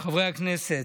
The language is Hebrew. חברי הכנסת,